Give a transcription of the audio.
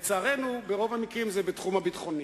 לצערנו, ברוב המקרים זה בתחום הביטחוני.